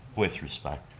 with respect.